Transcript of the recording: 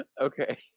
Okay